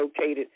located